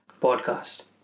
podcast